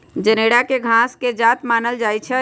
जनेरा के घास के जात मानल जाइ छइ